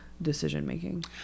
decision-making